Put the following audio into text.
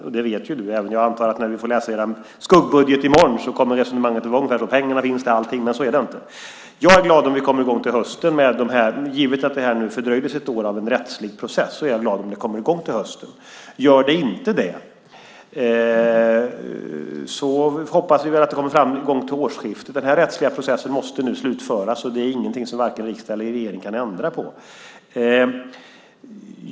När vi får läsa er skuggbudget i morgon kommer vi säkert att få se ett resonemang som går ut på att pengar finns till allting, men så är det inte. Jag är glad om vi kommer i gång till hösten givet att detta fördröjdes ett år av en rättslig process. Gör det inte det hoppas vi väl att det blir någon gång till årsskiftet. Den rättsliga processen måste nu slutföras. Det är inget som vare sig riksdag eller regering kan ändra på.